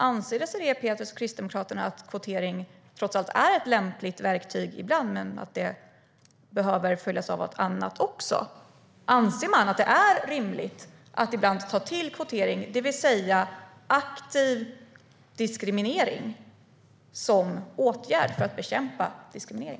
Anser Désirée Pethrus och Kristdemokraterna att kvotering trots allt är ett lämpligt verktyg ibland men att det behöver följas av annat? Anser man att det är rimligt att ibland ta till kvotering, det vill säga aktiv diskriminering som åtgärd för att bekämpa diskriminering?